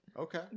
Okay